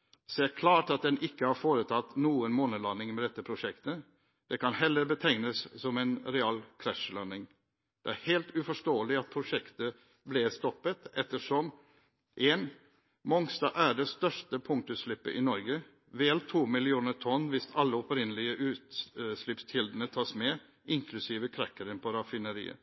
premissene, ser klart at en ikke har foretatt noen månelanding med dette prosjektet, det kan heller betegnes som en real krasjlanding. Det er helt uforståelig at prosjektet ble stoppet, ettersom: Mongstad er det største punktutslippet i Norge, vel 2 millioner tonn hvis alle opprinnelige utslippskilder tas med, inklusiv cracker-en på raffineriet.